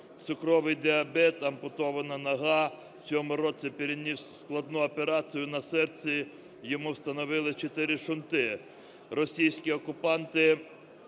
цукровий діабет, ампутована нога, у цьому році переніс складну операцію на серці, йому встановили 4 шунти.